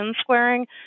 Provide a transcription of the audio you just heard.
squaring